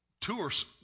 Tours